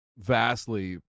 Vastly